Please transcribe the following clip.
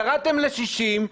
ירדתם ל-60,